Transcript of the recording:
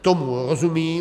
Tomu rozumím.